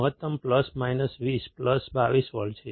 મહત્તમ plus minus 20 plus 22 volt છે